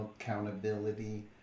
accountability